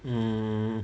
hmm